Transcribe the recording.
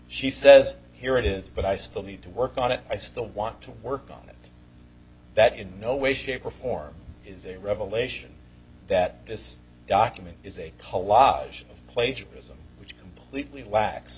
she says here it is but i still need to work on it i still want to work on it that in no way shape or form is a revelation that this document is a collage of plagiarism completely la